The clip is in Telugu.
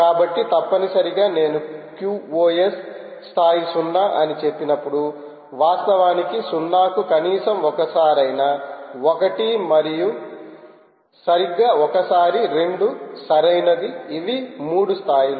కాబట్టి తప్పనిసరిగా నేను qos స్థాయి 0 అని చెప్పినప్పుడు వాస్తవానికి 0 కు కనీసం ఒక్కసారైనా ఒకటి మరియు సరిగ్గా ఒకసారి 2 సరైనది ఇవి మూడు స్థాయిలు